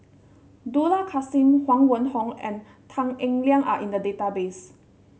Dollah Kassim Huang Wenhong and Tan Eng Liang are in the database